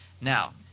Now